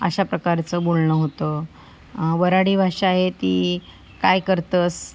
अशा प्रकारचं बोलणं होतं वऱ्हाडी भाषा आहे ती काय करतंस